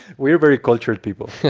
we are very cultured people